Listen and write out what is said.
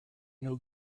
know